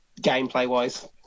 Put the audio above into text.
gameplay-wise